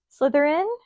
Slytherin